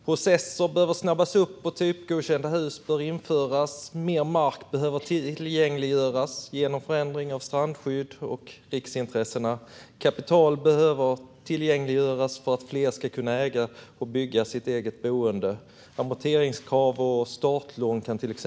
Processer behöver snabbas upp, typgodkända hus införas och mer mark tillgängliggöras genom förändring av strandskydd och riksintressen. Dessutom behöver kapital tillgängliggöras så att fler kan bygga och äga sitt boende, till exempel genom ändrade amorteringskrav och startlån.